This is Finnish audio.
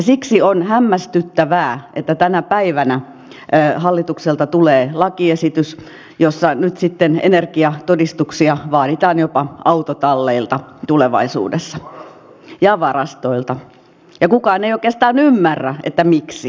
siksi on hämmästyttävää että tänä päivänä hallitukselta tulee lakiesitys jossa nyt sitten energiatodistuksia vaaditaan jopa autotalleilta tulevaisuudessa ja varastoilta ja kukaan ei oikeastaan ymmärrä miksi ihan oikeasti